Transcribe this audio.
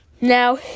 Now